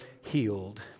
healed